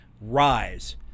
rise